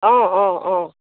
অঁ অঁ অঁ